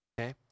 okay